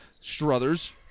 Struthers